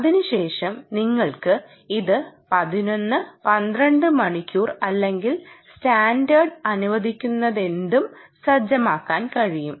അതിനുശേഷം നിങ്ങൾക്ക് ഇത് 11 12 മണിക്കൂർ അല്ലെങ്കിൽ സ്റ്റാൻഡേർഡ് അനുവദിക്കുന്നതെന്തും സജ്ജമാക്കാൻ കഴിയും